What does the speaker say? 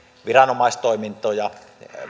viranomaistoimintoja